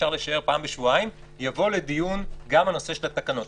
אפשר לשער פעם בשבועיים יבוא לדיון גם הנושא של התקנות.